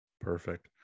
Perfect